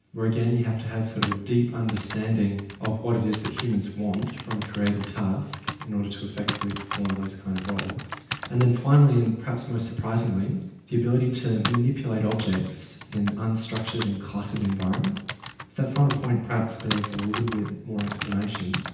where again you have to have sort of a deep understanding of what it is that humans want from a creative task in order to effectively perform those kind of roles and then finally and perhaps more surprisingly the ability to manipulate objects in unstructured and cluttered environments. so that final point perhaps bears a little bit more explanation.